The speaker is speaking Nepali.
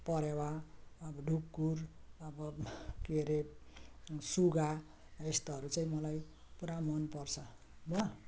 परेवा ढुकुर अब के अरे सुगा यस्ताहरू चाहिँ मलाई पुरा मन पर्छ ल